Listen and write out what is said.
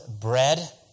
bread